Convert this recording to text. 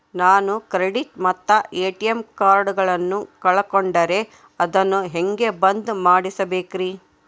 ನಾನು ಕ್ರೆಡಿಟ್ ಮತ್ತ ಎ.ಟಿ.ಎಂ ಕಾರ್ಡಗಳನ್ನು ಕಳಕೊಂಡರೆ ಅದನ್ನು ಹೆಂಗೆ ಬಂದ್ ಮಾಡಿಸಬೇಕ್ರಿ?